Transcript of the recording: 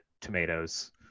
tomatoes